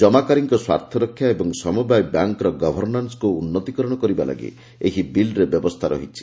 ଜମାକାରୀଙ୍କ ସ୍ପାର୍ଥରକ୍ଷା ଏବଂ ସମବାୟ ବ୍ୟାଙ୍କରେ ଗଭର୍ଣ୍ଣାନ୍ନକୁ ଉନ୍ନତିକରଣ କରିବା ଲାଗି ଏହି ବିଲ୍ରେ ବ୍ୟବସ୍ଥା ରହିଛି